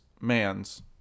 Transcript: man's